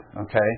Okay